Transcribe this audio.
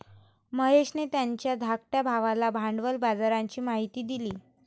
महेशने त्याच्या धाकट्या भावाला भांडवल बाजाराची माहिती दिली